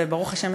וברוך השם,